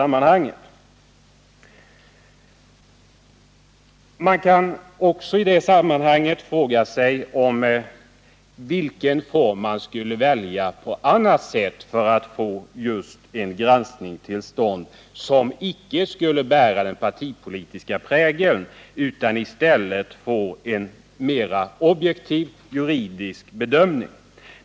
Man kan i detta sammanhang fråga sig, om granskningen skulle kunna genomföras på något annat sätt för undvikande av att den får en partipolitisk prägel och för att i stället få till stånd en mera objektiv juridisk bedömning.